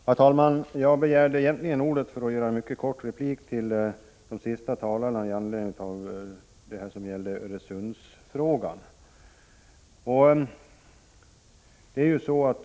Herr talman! Jag begärde egentligen ordet för att göra en mycket kort replik till de sista talarna om Öresundsfrågan.